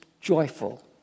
joyful